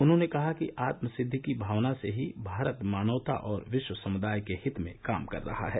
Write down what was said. उन्होंने कहा कि आत्म सिद्दि की भावना से ही भारत मानवता और विश्व समुदाय के हित में काम कर रहा है